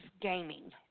gaming